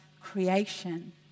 creation